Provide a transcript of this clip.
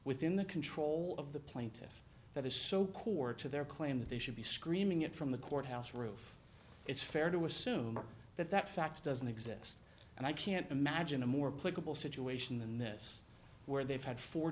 within the control of the plaintiffs that is so core to their claim that they should be screaming it from the court house roof it's fair to assume that that fact doesn't exist and i can't imagine a more political situation in this where they've had four